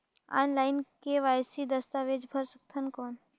Online KYC दस्तावेज भर सकथन कौन?